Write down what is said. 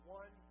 one